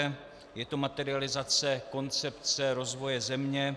Je to materializace koncepce rozvoje země.